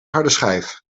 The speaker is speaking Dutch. hardeschijf